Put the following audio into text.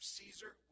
Caesar